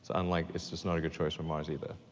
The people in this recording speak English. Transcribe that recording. and like it's just not a good choice for mars, either.